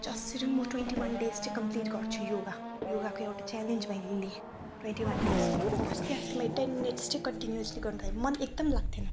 जसरी पनि म ट्वेन्टी वान डेज चाहिँ कम्प्लिट गर्छु योगा योगाको एउटा च्यालेन्ज मैले लिएँ ट्वेन्टी वान डेजको आस्ते आस्ते मैले टेन मिनेट्स चाहिँ कन्टिन्युवसली गर्नु थालेँ मन एकदम लाग्थेन